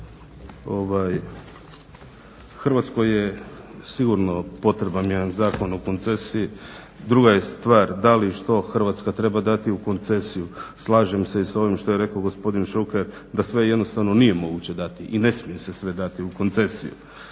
Hrvatskoj je sigurno potreban jedan Zakon o koncesiji. Druga je stvar da li i što Hrvatska treba dati u koncesiju. Slažem se i sa ovim što je rekao gospodin Šuker da sve jednostavno nije moguće dati i ne smije se sve dati u koncesiju.